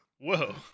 Whoa